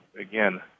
again